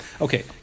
Okay